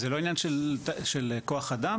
זה לא עניין של כוח אדם,